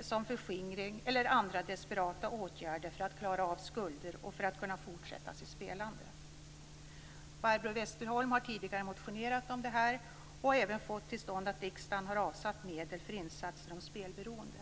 som förskingring eller andra desperata åtgärder för att klara av skulder och för att kunna fortsätta sitt spelande. Barbro Westerholm har tidigare motionerat om det här och även fått till stånd att riksdagen har avsatt medel för insatser om spelberoende.